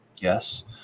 Yes